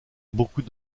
beaucoup